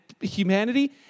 humanity